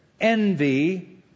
envy